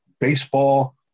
Baseball